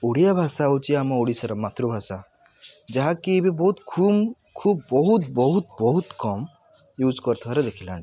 ଓଡ଼ିଆ ଭାଷା ହଉଚି ଆମ ଓଡ଼ିଶାର ମାତୃଭାଷା ଯାହା କି ଏବେ ବହୁତ ଖୁମ୍ ଖୁବ୍ ବହୁତ ବହୁତ ବହୁତ କମ୍ ୟୁଜ୍ କରୁଥୁବାର ଦେଖିଲାଣି